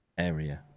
area